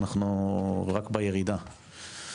אנחנו רק בירידה.